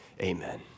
amen